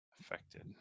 affected